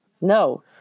No